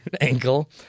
ankle